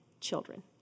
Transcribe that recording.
children